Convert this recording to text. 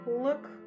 look